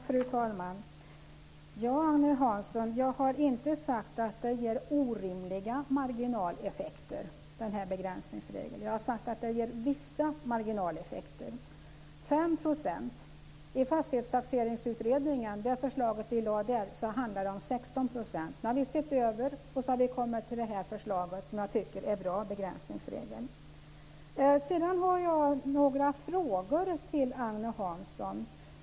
Fru talman! Jag har inte sagt att den här begränsningsregeln ger orimliga marginaleffekter. Jag har sagt att den ger vissa marginaleffekter. Det är 5 %. I det förslag vi lade i Fastighetstaxeringsutredningen handlade det om 16 %. Nu har vi sett över det och kommit fram till det här förslaget, som jag tycker är en bra begränsningsregel. Jag har några frågor till Agne Hansson.